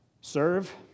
Serve